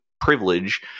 privilege